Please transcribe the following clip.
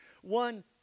one